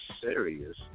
serious